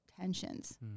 tensions